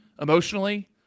emotionally